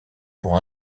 pour